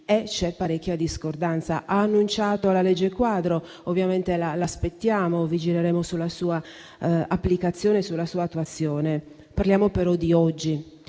e c'è parecchia discordanza. Ha annunciato la legge quadro e ovviamente la aspettiamo; vigileremo sulla sua applicazione e sulla sua attuazione. Parliamo però di oggi: